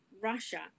Russia